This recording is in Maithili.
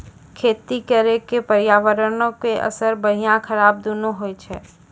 खेती करे के पर्यावरणो पे असर बढ़िया खराब दुनू होय छै